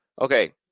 okay